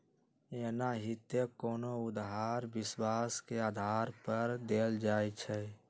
एनाहिते कोनो उधार विश्वास के आधार पर देल जाइ छइ